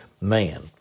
man